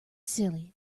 silly